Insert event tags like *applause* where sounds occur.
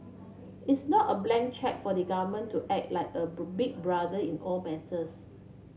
it's not a blank cheque for the government to act like a *unintelligible* big brother in all matters